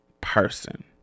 person